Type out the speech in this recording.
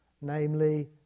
namely